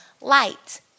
light